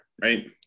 right